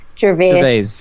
gervais